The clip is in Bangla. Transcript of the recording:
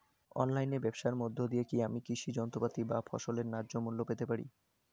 অনলাইনে ব্যাবসার মধ্য দিয়ে কী আমি কৃষি যন্ত্রপাতি বা ফসলের ন্যায্য মূল্য পেতে পারি?